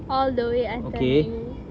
all the way until you